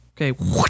Okay